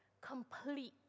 complete